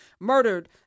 murdered